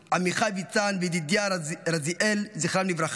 עמיחי ויצן וידידיה רזיאל, זכרם לברכה,